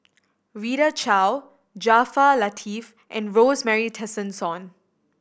Rita Chao Jaafar Latiff and Rosemary Tessensohn